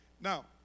Now